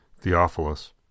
Theophilus